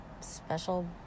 special